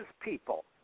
people